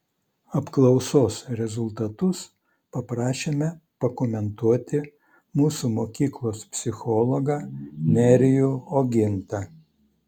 apklausos rezultatus paprašėme pakomentuoti mūsų mokyklos psichologą nerijų ogintą